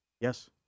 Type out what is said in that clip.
Yes